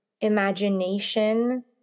imagination